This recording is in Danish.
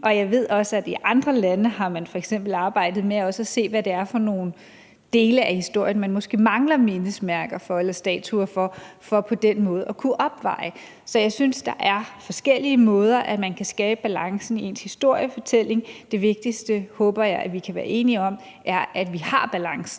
Og jeg ved, at man i andre lande f.eks. har arbejdet med også at se på, hvad det er for nogle dele af historien, som man måske mangler mindesmærker eller statuer for for på den måde at kunne opveje. Så jeg synes, at der er forskellige måder, som man kan skabe balancen på i sin historiefortælling. Det vigtigste, som jeg håber at vi kan være enige om, er, at vi har balancen